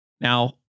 Now